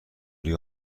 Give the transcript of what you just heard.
روی